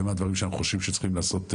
ומה הדברים שאנחנו חושבים שצריכים לעשות,